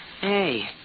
Hey